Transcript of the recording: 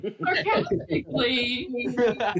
Sarcastically